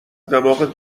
دماغت